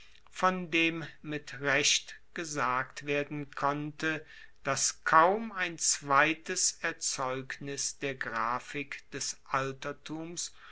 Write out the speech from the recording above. von dem mit recht gesagt werden konnte dass kaum ein zweites erzeugnis der graphik des altertums